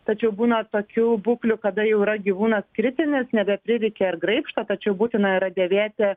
tačiau būna tokių būklių kada jau yra gyvūnas kritinės nebeprireikia ir graibšto tačiau būtina yra dėvėti